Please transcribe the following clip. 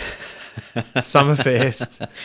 Summerfest